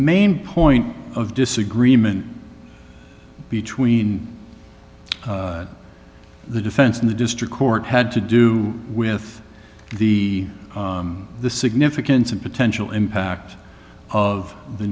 main point of disagreement between the defense and the district court had to do with the the significance and potential impact of the